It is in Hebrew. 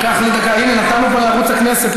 נתנו פה לערוץ הכנסת,